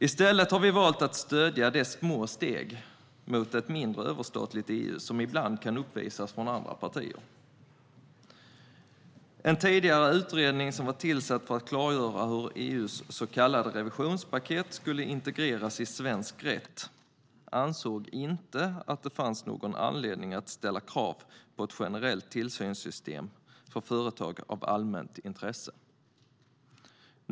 I stället har vi valt att stödja de små steg mot ett mindre överstatligt EU som ibland kan uppvisas från andra partier. En tidigare utredning som var tillsatt för att klargöra hur EU:s så kallade revisionspaket skulle integreras i svensk rätt ansåg inte att det fanns någon anledning att ställa krav på ett generellt tillsynssystem för företag av allmänt intresse.